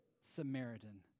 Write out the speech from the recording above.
Samaritan